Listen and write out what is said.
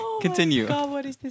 continue